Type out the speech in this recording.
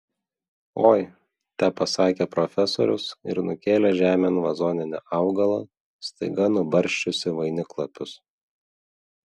oi tepasakė profesorius ir nukėlė žemėn vazoninį augalą staiga nubarsčiusį vainiklapius